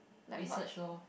research lor